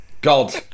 God